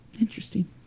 Interesting